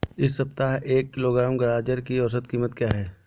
इस सप्ताह एक किलोग्राम गाजर की औसत कीमत क्या है?